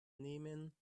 nehmen